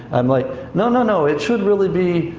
i'm like no, no, no. it should really be,